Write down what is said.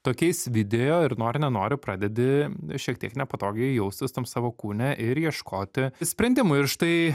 tokiais video ir nori nenori pradedi šiek tiek nepatogiai jaustis tam savo kūne ir ieškoti sprendimų ir štai